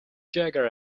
jagger